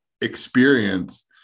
experience